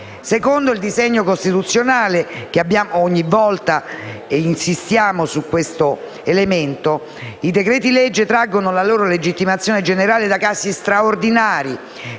Secondo il disegno costituzionale - ogni volta insistiamo su questo elemento - i decreti-legge traggono la loro legittimazione generale da casi straordinari